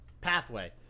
pathway